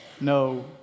No